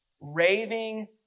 raving